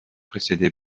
précédé